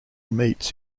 meets